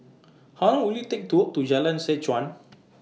How Long Will IT Take to Walk to Jalan Seh Chuan